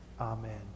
Amen